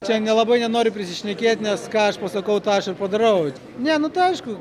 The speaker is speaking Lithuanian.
čia nelabai nenoriu prisišnekėt nes ką aš pasakau tą aš ir padarau ne nu tai aišku